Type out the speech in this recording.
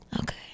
Okay